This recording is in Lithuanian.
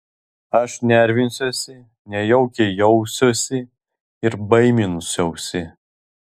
aš nervinsiuosi nejaukiai jausiuosi ir baiminsiuosi